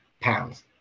pounds